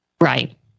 Right